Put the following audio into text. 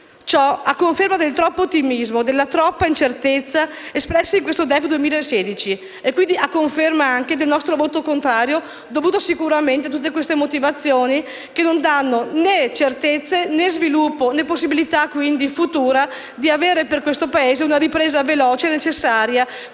Ciò è a conferma del troppo ottimismo e della troppa incertezza espressi in questo DEF 2016 e ribadisce il nostro voto contrario, dovuto sicuramente a tutte le motivazioni espresse, le quali non danno né certezze, né sviluppo, né possibilità futura di avere per questo Paese una ripresa veloce necessaria